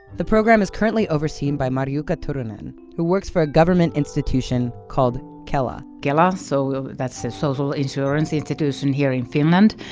the program is currently overseen by marjukka turunen, who works for a government institution called kela kela so that's a social insurance institution here in finland.